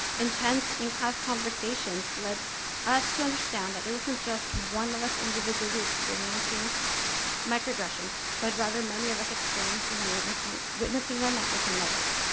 intense in class conversations led us to understand that it wasn't just one of us individually experiencing microagressions but rather many of us experiencing and witnessing witnessing them at different levels.